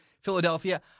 Philadelphia